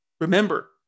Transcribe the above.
Remember